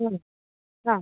ഉം അ